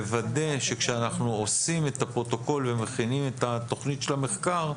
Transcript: לוודא שכשאנחנו עושים את הפרוטוקול ומכינים את התוכנית של המחקר,